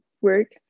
work